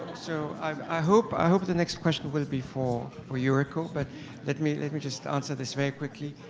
so i hope, i hope the next question will be for for yuriko, but let me like me just answer this very quickly.